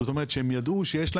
זאת אומרת שהם ידעו שיש להם,